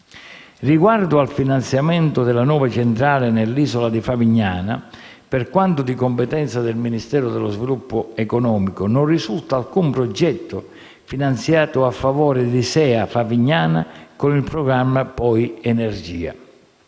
Riguardo al finanziamento della nuova centrale nell'isola di Favignana, per quanto di competenza del Ministero dello sviluppo economico, non risulta alcun progetto finanziato a favore di SEA Favignana con il programma POI Energia.